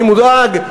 אני מודאג,